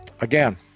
Again